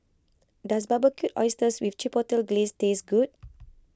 does Barbecued Oysters with Chipotle Glaze taste good